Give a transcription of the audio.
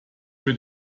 für